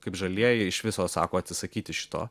kaip žalieji iš viso sako atsisakyti šito